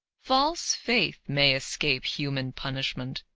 false faith may escape human punishment,